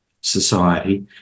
society